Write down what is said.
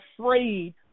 afraid